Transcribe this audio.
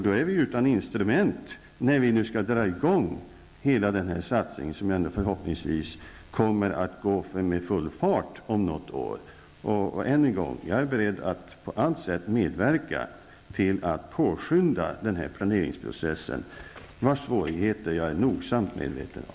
Då är vi utan instrument när vi nu skall dra i gång hela den satsning som om något år ändå förhoppningsvis skall gå med full fart. Än en gång: Jag är beredd att på allt sätt medverka till att påskynda den här planeringsprocessen, vars svårigheter jag är nogsamt medveten om.